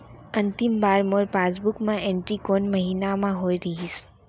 अंतिम बार मोर पासबुक मा एंट्री कोन महीना म होय रहिस?